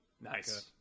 Nice